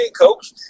coach